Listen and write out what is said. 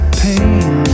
pain